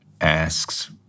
asks